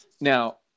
now